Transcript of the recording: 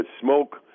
smoke